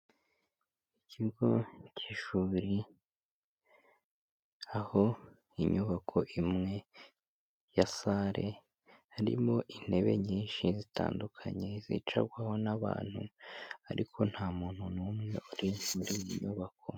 Ikigo cy'ishuri aho inyubako imwe ya salle harimo intebe nyinshi zitandukanye zicarwaho n'abantu ariko nta muntu n'umwe uri muri iyi nyubako.